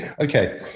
Okay